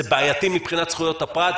זה בעייתי מבחינת זכויות הפרט,